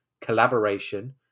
collaboration